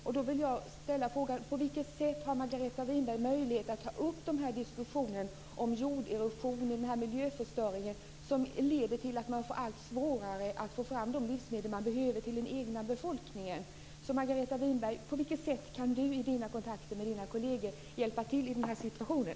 Jag vill då ställa frågan: På vilket sätt har Margareta Winberg möjlighet att ta upp en diskussion om jorderosionen och miljöförstöringen, som leder till att det blir allt svårare att få fram de livsmedel som man behöver till den egna befolkningen? På vilket sätt kan Margareta Winberg i kontakterna med sina kolleger hjälpa till i den här situationen?